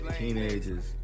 teenagers